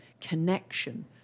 connection